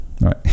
Right